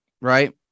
right